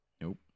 Nope